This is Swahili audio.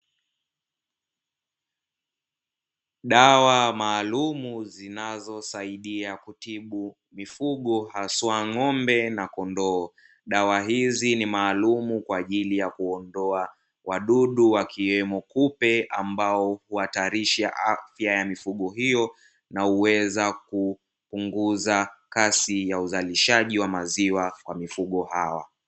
Dawa maalumu zinazo saidia kutibu mifugo haswa ng'ombe na kondoo. Dawa hizi ni maalumu kwa ajili ya kuondoa wadudu wakiwemo kupe ambao huatarisha afya ya mifugo hiyo na uweza kupunguza kasi ya uzalishaji wa maziwa kwa mifugo hawa.